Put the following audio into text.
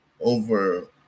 over